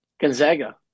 Gonzaga